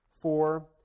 four